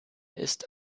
ist